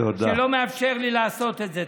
שלא מאפשר לי לעשות את זה.